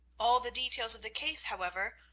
all the details of the case, however,